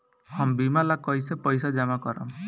हम बीमा ला कईसे पईसा जमा करम?